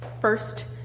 first